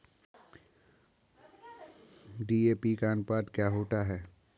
DAP का अनुपात क्या होता है?